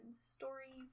stories